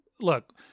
look